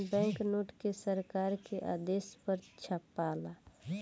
bank note के सरकार के आदेश पर छापाला